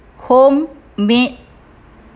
home maid